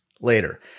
later